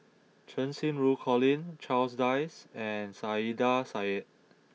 Cheng Xinru Colin Charles Dyce and Saiedah Said